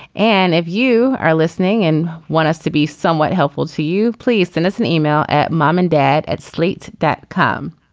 and if you are listening and want us to be somewhat helpful to you please send us an email at mom and dad at slate that come.